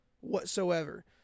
whatsoever